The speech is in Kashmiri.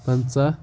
پَنٛژاہ